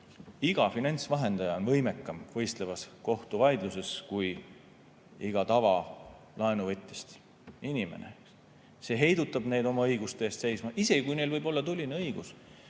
Iga finantsvahendaja on võimekam võistlevas kohtuvaidluses kui iga laenuvõtjast tavainimene. See heidutab neid, kui nad püüavad oma õiguste eest seista, isegi kui neil võib olla tuline õigus.